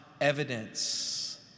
evidence